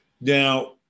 Now